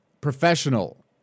professional